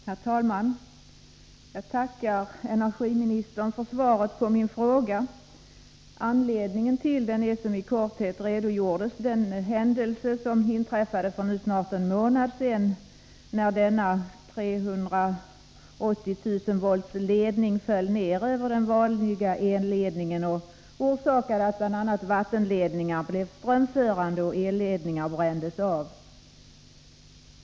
Herr talman! Jag tackar energiministern för svaret på min fråga. Anledningen till den är som i korthet redogjorts för i frågeställningen den händelse som inträffade för nu snart en månad sedan när en 380-kV-ledning föll ner över den vanliga elledningen och orsakade att bl.a. vattenledningar blev strömförande och elledningar brändes av.